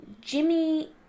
Jimmy